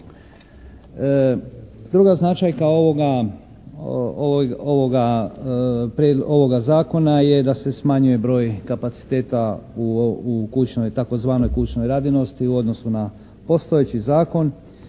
Druga značajka ovoga, ovoga zakona je da se smanjuje broj kapaciteta u kućnoj, tzv. kućnoj radinosti u odnosu na postojeći zakon